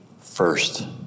first